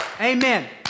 Amen